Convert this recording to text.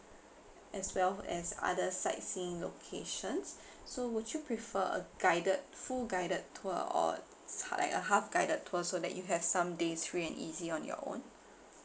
as well as other sightseeing locations so would you prefer a guided full guided tour or s~ like a half guided tour so that you have some days free and easy on your own